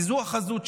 כי זו החזות שלי.